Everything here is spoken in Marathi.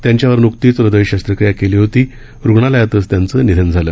त्यांच्यावर न्कतीच हृदय शस्त्रक्रिया केली होती रुग्णालयातच त्यांचं निधन झालं